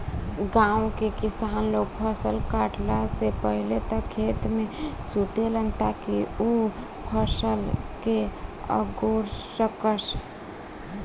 गाँव के किसान लोग फसल काटला से पहिले तक खेते में सुतेलन ताकि उ फसल के अगोर सकस